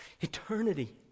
Eternity